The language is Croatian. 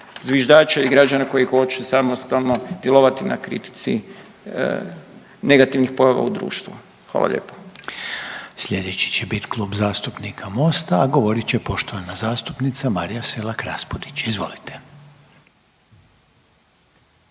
zviždača i građana koji hoće samostalno djelovati na kritici negativnih pojava u društvu. Hvala lijepo. **Reiner, Željko (HDZ)** Slijedeći će bit Klub zastupnika Mosta, a govorit će poštovana zastupnica Marija Selak Raspudić, izvolite.